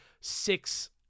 six